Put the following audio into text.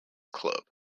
club